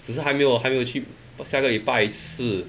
只是还没有还没有去下个礼拜四